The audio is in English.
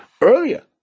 earlier